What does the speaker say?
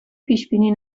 پیشبینی